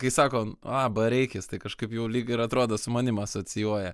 kai sako a bareikis tai kažkaip jau lyg ir atrodo su manim asocijuoja